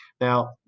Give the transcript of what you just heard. Now